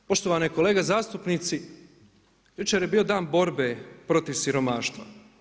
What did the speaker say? Poštovane kolege zastupnici, jučer je bio dan borbe protiv siromaštva.